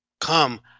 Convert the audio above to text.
Come